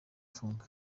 fung